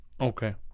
Okay